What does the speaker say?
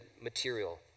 material